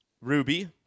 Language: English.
Ruby